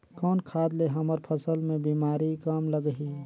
कौन खाद ले हमर फसल मे बीमारी कम लगही?